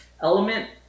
element